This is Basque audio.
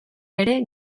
ere